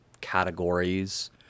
categories